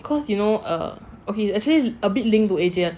cause you know ah okay actually a bit linked to A_J